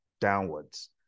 downwards